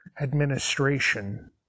administration